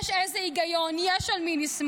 יש איזה היגיון, יש על מי לסמוך.